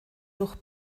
durch